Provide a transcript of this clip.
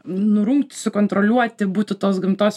nurungt sukontroliuoti būti tos gamtos